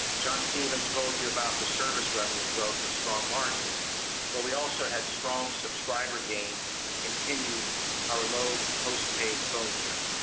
john stephens told you about the service revenue growth and strong margins but we also had strong subscriber gains and continued our low postpaid phone churn.